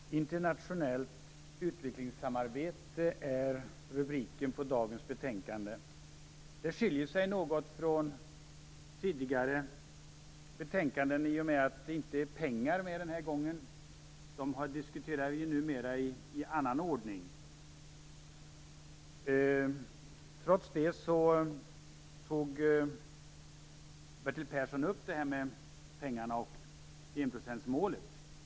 Fru talman! Internationellt utvecklingssamarbete är rubriken på dagens betänkande. Det skiljer sig något från tidigare betänkanden i och med att det inte handlar om pengar. Det diskuterar vi numera i annan ordning. Trots det tog Bertil Persson upp pengarna och enprocentsmålet.